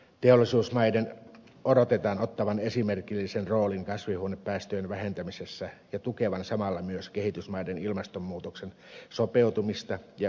teollisuusmaiden odotetaan ottavan esimerkillisen roolin kasvihuonepäästöjen vähentämisessä ja tukevan samalla myös kehitysmaiden ilmastonmuutokseen sopeutumista ja ympäristötoimia